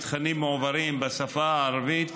התכנים מועברים בשפה הערבית,